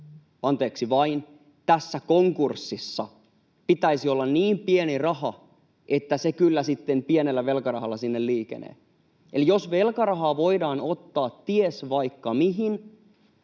anteeksi vain — tässä konkurssissa pitäisi olla niin pieni raha, että se kyllä pienellä velkarahalla sinne liikenee. Eli jos velkarahaa voidaan ottaa ties mihin,